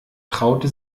traute